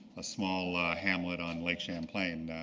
a small ah hamlet on lake champlain,